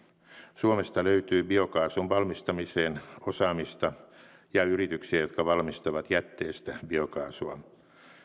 suomesta löytyy biokaasun valmistamiseen osaamista ja yrityksiä jotka valmistavat jätteestä biokaasua